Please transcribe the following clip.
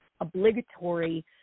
obligatory